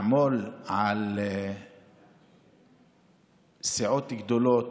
לעמול על סיעות גדולות,